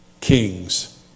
Kings